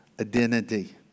identity